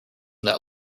that